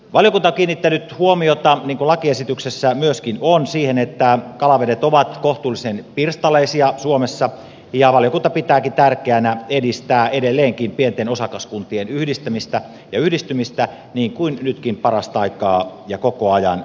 valiokunta on kiinnittänyt huomiota niin kuin lakiesi tyksessä myöskin on siihen että kalavedet ovat kohtuullisen pirstaleisia suomessa ja valiokunta pitääkin tärkeänä edistää edelleenkin pienten osakaskuntien yhdistämistä ja yhdistymistä niin kuin nytkin parasta aikaa ja koko ajan tapahtuu